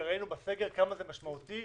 וראינו בסגר כמה זה משמעותי,